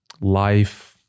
life